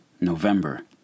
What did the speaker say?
November